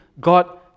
God